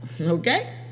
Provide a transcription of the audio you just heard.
okay